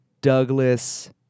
Douglas